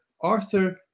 Arthur